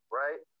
right